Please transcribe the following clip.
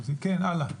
כן, הלאה.